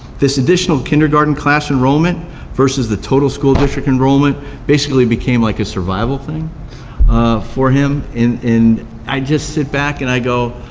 this additional kindergarten class enrollment versus the total school district enrollment basically became like a survival thing for him, and and i just sit back and i go,